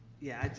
yeah,